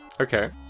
Okay